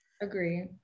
Agree